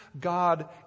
God